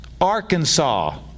Arkansas